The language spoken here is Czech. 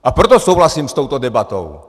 A proto souhlasím s touto debatou.